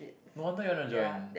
no wonder you want to join